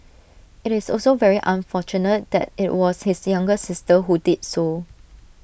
IT is also very unfortunate that IT was his younger sister who did so